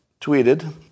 tweeted